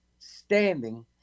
standing